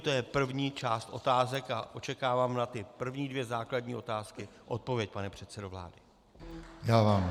To je první část otázek a očekávám na ty první dvě základní otázky odpověď, pane předsedo vlády.